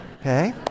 okay